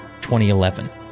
2011